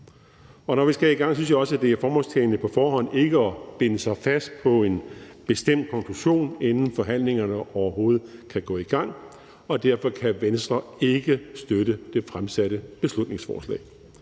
når vi skal i gang, synes jeg også det er formålstjenligt ikke på forhånd at binde sig fast til en bestemt konklusion, inden forhandlingerne overhovedet er gået i gang. Derfor kan Venstre ikke støtte det fremsatte beslutningsforslag.